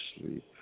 sleep